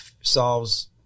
solves